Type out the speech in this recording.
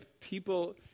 people